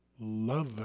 love